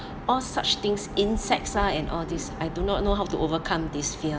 all such things insects lah and all these I do not know how to overcome this fear